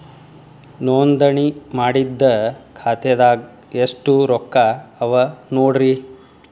ನೋಂದಣಿ ಮಾಡಿದ್ದ ಖಾತೆದಾಗ್ ಎಷ್ಟು ರೊಕ್ಕಾ ಅವ ನೋಡ್ರಿ